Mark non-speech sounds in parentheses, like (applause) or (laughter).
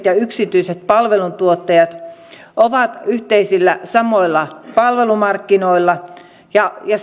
(unintelligible) ja yksityiset palveluntuottajat ovat yhteisillä samoilla palvelumarkkinoilla ja ja (unintelligible)